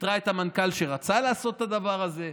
פיטרה את המנכ"ל שרצה לעשות את הדבר הזה,